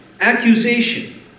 Accusation